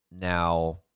Now